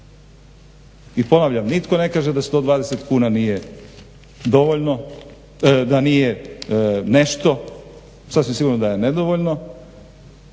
I ponavljam, nitko ne kaže da 120 kuna nije nešto, sasvim sigurno da je nedovoljno,